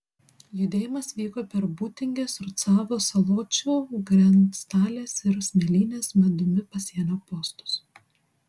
judėjimas vyko per būtingės rucavos saločių grenctalės ir smėlynės medumi pasienio postus